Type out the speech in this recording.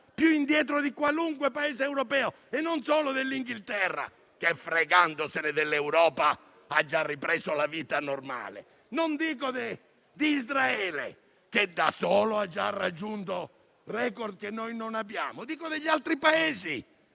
più indietro di qualunque Paese europeo e non solo del Regno Unito che, fregandosene dell'Europa, ha già ripreso la vita normale. Non parlo d'Israele, che da solo ha già raggiunto record che noi non abbiamo. Parlo degli altri Paesi